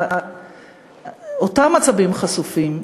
אותם עצבים חשופים,